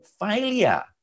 failure